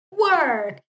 work